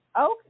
Okay